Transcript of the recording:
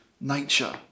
nature